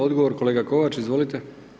Odgovor, kolega Kovač, izvolite.